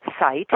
site